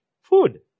food